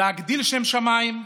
להגדיל שם שמיים,